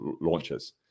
launches